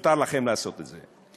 מותר לכם לעסוק בזה.